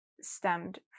stemmed